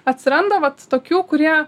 atsiranda vat tokių kurie